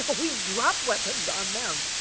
but we dropped weapons on them.